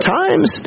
times